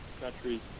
countries